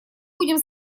будем